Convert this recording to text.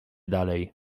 dalej